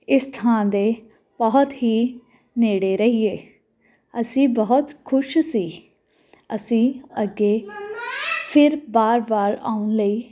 ਇਸ ਥਾਂ ਦੇ ਬਹੁਤ ਹੀ ਨੇੜੇ ਰਹੀਏ ਅਸੀਂ ਬਹੁਤ ਖੁਸ਼ ਸੀ ਅਸੀਂ ਅੱਗੇ ਫਿਰ ਬਾਰ ਬਾਰ ਆਉਣ ਲਈ